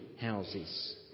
houses